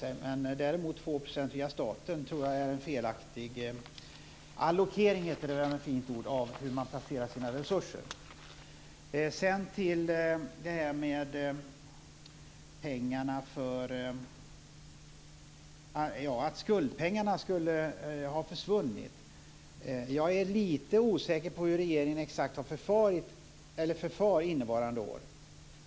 Däremot att ta ut 2 % via staten tror jag är en felaktig allokering av resurserna. Ingrid Näslund sade att skuldpengarna skulle ha försvunnit. Jag är lite osäker på exakt hur regeringen förfar under innevarande år.